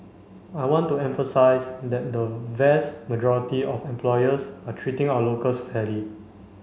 I want to emphasise that the vast majority of employers are treating our locals fairly